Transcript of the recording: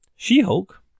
She-Hulk